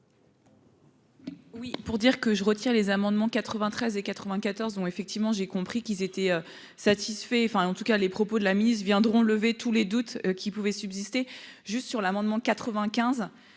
Oui pour dire que je retire les amendements 93 et 94 ont effectivement, j'ai compris qu'ils étaient satisfait enfin en tout cas les propos de la miss viendront levé tous les doutes qui pouvaient subsister juste sur l'amendement 95,